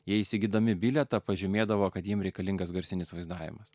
jie įsigydami bilietą pažymėdavo kad jiem reikalingas garsinis vaizdavimas